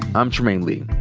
i'm trymaine lee.